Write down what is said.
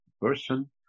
person